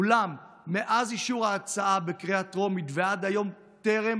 אולם מאז אישור ההצעה בקריאה טרומית ועד היום טרם